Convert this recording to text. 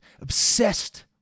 Obsessed